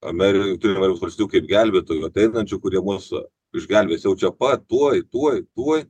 ameri tai yra valstijų kaip gelbėtojų ateinančių kurie mus išgelbės jau čia pat tuoj tuoj tuoj